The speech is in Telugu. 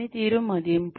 పనితీరు మదింపు